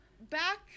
Back